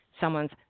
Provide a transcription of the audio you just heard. someone's